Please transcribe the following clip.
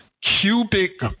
cubic